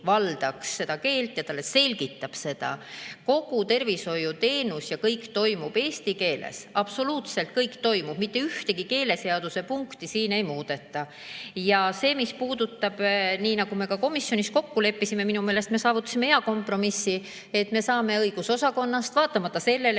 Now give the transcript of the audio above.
seda keelt, talle selgitab seda. Kogu tervishoiuteenus ja kõik toimub eesti keeles, absoluutselt kõik toimub, mitte ühtegi keeleseaduse punkti siin ei muudeta. Ja mis puudutab seda, mis me ka komisjonis kokku leppisime – minu meelest me saavutasime hea kompromissi, et me saame [abi] õigusosakonnast –, vaatamata sellele,